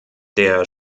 der